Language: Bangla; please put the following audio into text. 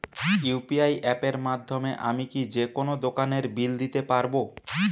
ইউ.পি.আই অ্যাপের মাধ্যমে আমি কি যেকোনো দোকানের বিল দিতে পারবো?